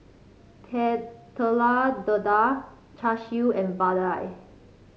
Telur Dadah Char Siu and vadai